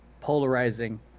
polarizing